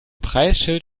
preisschild